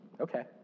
Okay